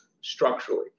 structurally